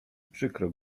przykro